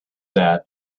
that